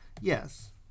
Yes